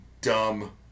dumb